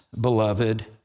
beloved